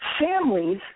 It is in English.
families